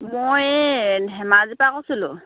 মই এই ধেমাজিৰপৰা কৈছিলোঁ